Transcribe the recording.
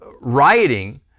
rioting